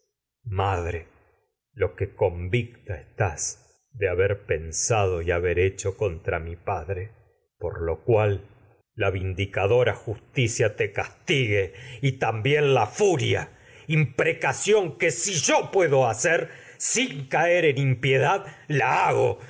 madre lo convicta estás por de pensado y haber hecho contra mi padre justicia te lo cual la la vindicadora castigue y también sin furia imprecación que dad la hago dado el si yo puedo hacer caer en impie